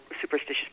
superstitious